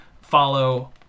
follow